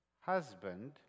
husband